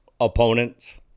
opponents